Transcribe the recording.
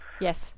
Yes